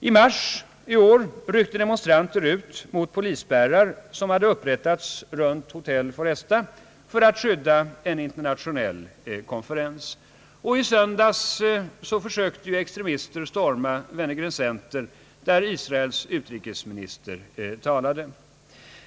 I mars i år ryckte demonstranter ut mot polisspärrar som hade upprättats runt hotell Foresta för att skydda en internationell konferens. I söndags försökte extremister storma Wenner-Gren Center där Israels utrikesminister talade.